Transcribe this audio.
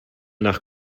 nach